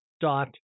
dot